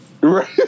Right